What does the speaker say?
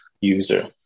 user